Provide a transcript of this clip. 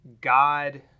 God